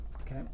Okay